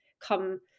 come